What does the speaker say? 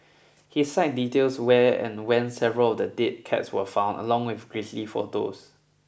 his site details where and when several of the dead cats were found along with grisly photos